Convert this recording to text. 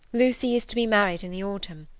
lucy is to be married in the autumn,